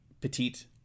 petite